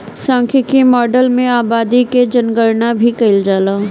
सांख्यिकी माडल में आबादी कअ जनगणना भी कईल जाला